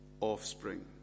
offspring